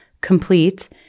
complete